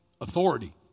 Authority